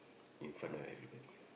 in front of everybody